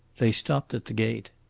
they stopped at the gate.